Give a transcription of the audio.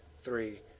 three